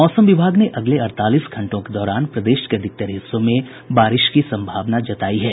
मौसम विभाग ने अगले अड़तालीस घंटों के दौरान प्रदेश के अधिकतर हिस्सों में बारिश की सम्भावना जतायी है